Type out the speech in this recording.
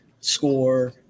score